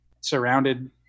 surrounded